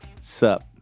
sup